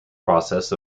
process